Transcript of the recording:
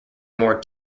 more